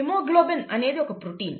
haemoglobin అనేది ఒక protein